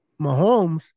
Mahomes